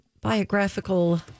biographical